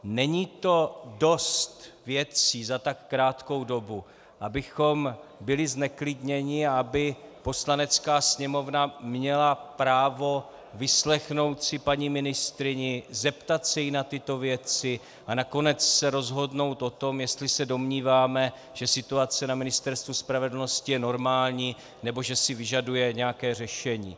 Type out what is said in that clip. Není to dost věcí za tak krátkou dobu, abychom byli zneklidněni a aby Poslanecká sněmovna měla právo vyslechnout si paní ministryni, zeptat se jí na tyto věci a nakonec se rozhodnout o tom, jestli se domníváme, že situace na Ministerstvu spravedlnosti je normální nebo že si vyžaduje nějaké řešení?